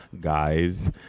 guys